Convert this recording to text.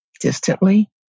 distantly